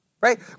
Right